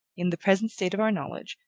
in the present state of our knowledge,